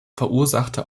verursachte